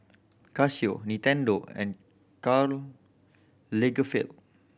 Casio Nintendo and Karl Lagerfeld